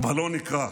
ראש ממשלה מגוחך,